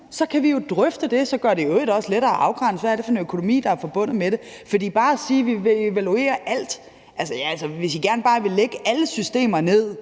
Så kan vi jo drøfte det. Det gør det i øvrigt også lettere at afgrænse, hvad det er for en økonomi, der er forbundet med det. For det går ikke bare at sige, at vi vil evaluere alt. Hvis I gerne bare vil lægge alle systemer ned